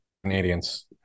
Canadians